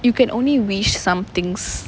you can only wish some things